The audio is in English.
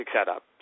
setup